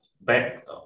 back